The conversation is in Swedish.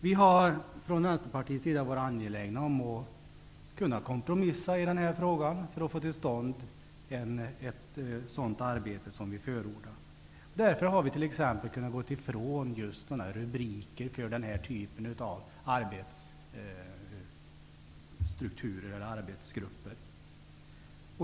Vi har från Vänsterpartiets sida varit angelägna om att kunna kompromissa i den här frågan för att få till stånd ett sådant arbete som vi förordar. Därför har vi t.ex. kunnat gå ifrån uppdelningen i arbetsstrukturer med rubriker av den typ som vi föreslagit i motionen.